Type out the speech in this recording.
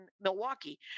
Milwaukee